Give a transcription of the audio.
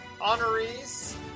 honorees